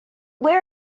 where